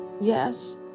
yes